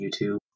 YouTube